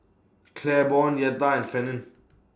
Claiborne Yetta and Fannye